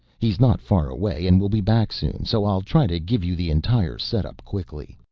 he's not far away and will be back soon, so i'll try and give you the entire setup quickly.